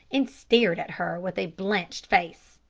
and stared at her with a blanched face.